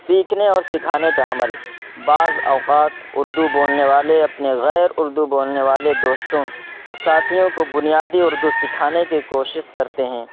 سیکھنے اور سکھانے کا عمل بعض اوقات اردو بولنے والے اپنے غیراردو بولنے والے دوستوں یا ساتھیوں کو بنیادی اردو سکھانے کی کوشش کرتے ہیں